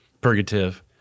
purgative